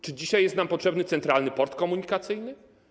Czy dzisiaj jest nam potrzebny Centralny Port Komunikacyjny?